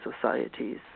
societies